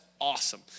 awesome